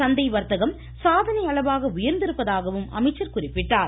சந்தை வர்த்தகம் சாதனை அளவாக உயர்ந்திருப்பதாகவும் அவர் கூறினார்